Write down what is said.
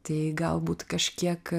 tai galbūt kažkiek